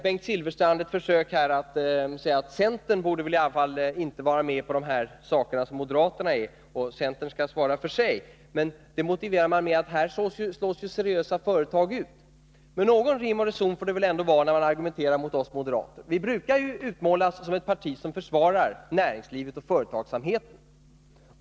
Bengt Silfverstrand gör ett försök genom att säga att centern i alla fall inte borde vara med på det som moderaterna vill — centern skall svara för sig. Detta motiveras med att seriösa företag slås ut. Men någon rim och reson får det väl ändå vara när man argumenterar mot oss moderater. Vi brukar ju utmålas som ett parti som försvarar näringslivet och företagsamheten.